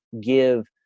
give